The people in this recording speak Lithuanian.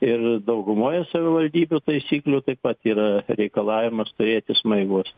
ir daugumoje savivaldybių taisyklių taip pat yra reikalavimas turėti smaigus